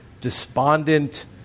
despondent